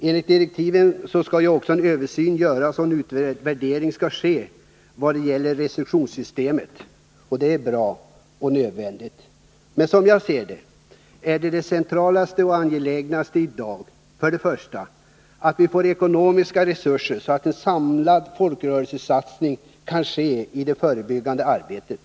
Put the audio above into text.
Enligt direktiven skall ju också en översyn göras och en utvärdering ske vad gäller restriktionssystemet — och det är bra och nödvändigt. Som jag ser det är det mest centrala och angelägna i dag att vi, för det första, får ekonomiska resurser så att en samlad folkrörelsesatsning kan ske i det förebyggande arbetet.